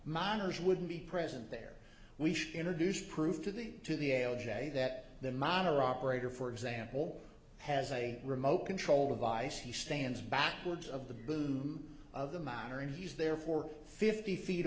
minors would be present there we should introduce proof to the to the ale that the monitor operator for example has a remote control device he stands backwards of the boom of the minor and he's therefore fifty feet